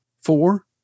Four